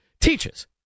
teaches